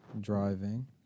driving